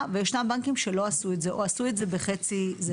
וישנם בנקים שלא עשו את זה או שעשו חצי עבודה,